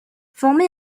formé